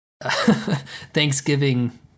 Thanksgiving